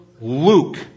Luke